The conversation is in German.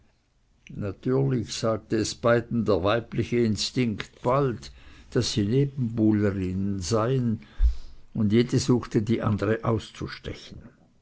natürlich sagte es beiden der weibliche instinkt bald daß sie nebenbuhlerinnen seien und jede suchte die andere auszustechen